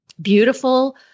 beautiful